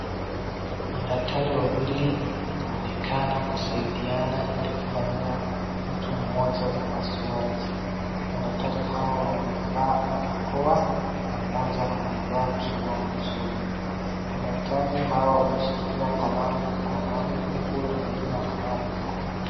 Madaktari wawili wanaonekana kusaidiana ili kufanyia mtu mmoja upasuaji. Madaktari hawa wamevaa barakoa na mmoja amevaa kioo machoni. Madaktari hawa wameshikilia kalamu mkononi huku huyu mwingine ako nayo mfukoni.